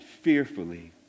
fearfully